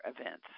events